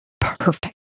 perfect